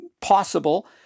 possible